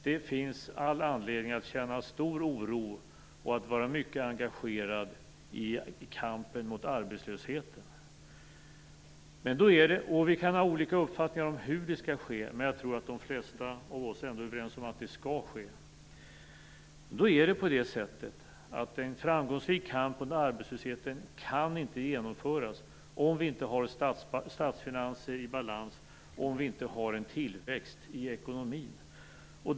Det finns all anledning att känna stor oro och att vara mycket engagerad i kampen mot arbetslösheten. Vi kan ha olika uppfattningar om hur det skall ske, men jag tror att de flesta av oss ändå är överens om att det skall ske. Då är det på det sättet att en framgångsrik kamp mot arbetslösheten inte kan genomföras om vi inte har statsfinanser i balans och om vi inte har en tillväxt i ekonomin.